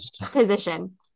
Position